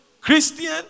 Christian